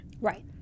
Right